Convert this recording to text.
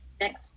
next